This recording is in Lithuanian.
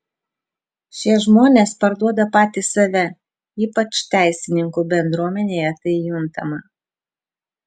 šie žmonės parduoda patys save ypač teisininkų bendruomenėje tai juntama